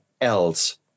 else